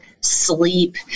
sleep